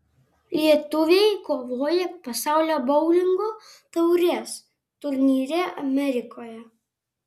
lietuviai kovoja pasaulio boulingo taurės turnyre amerikoje